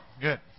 good